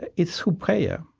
it's through prayer.